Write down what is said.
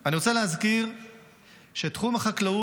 אני רוצה להזכיר שתחום החקלאות